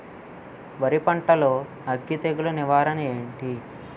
వరి పంటలో అగ్గి తెగులు నివారణ ఏంటి?